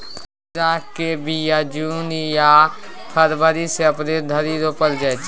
खीराक बीया जुन या जनबरी सँ अप्रैल धरि रोपल जाइ छै